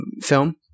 film